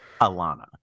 Alana